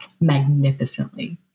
magnificently